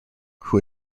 who